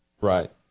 Right